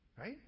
Right